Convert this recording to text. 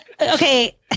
okay